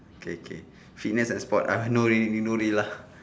okay okay fitness and sport I know already know already lah